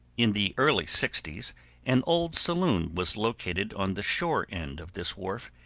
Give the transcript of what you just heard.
in the early sixties an old saloon was located on the shore end of this wharf,